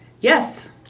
Yes